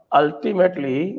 ultimately